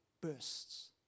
bursts